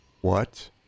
What